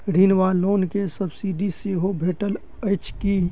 ऋण वा लोन केँ सब्सिडी सेहो भेटइत अछि की?